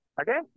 okay